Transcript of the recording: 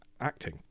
acting